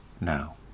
now